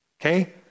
Okay